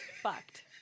fucked